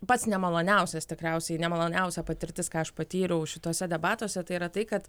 pats nemaloniausias tikriausiai nemaloniausia patirtis ką aš patyriau šituose debatuose tai yra tai kad